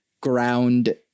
ground